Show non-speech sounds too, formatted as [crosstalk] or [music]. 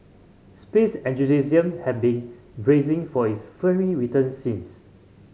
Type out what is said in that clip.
space [unintelligible] have been bracing for its fiery return since